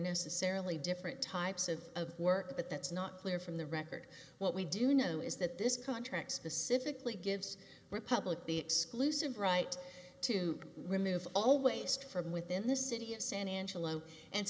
necessarily different types of work but that's not clear from the record what we do know is that this contract specifically gives republic be exclusive right to remove all waste from within the city of san angelo and